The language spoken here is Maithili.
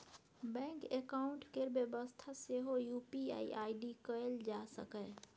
बैंक अकाउंट केर बेबस्था सेहो यु.पी.आइ आइ.डी कएल जा सकैए